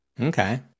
Okay